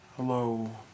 Hello